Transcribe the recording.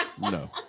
no